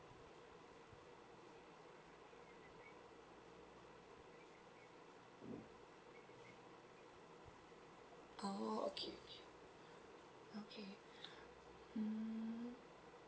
oh okay okay um